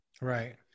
Right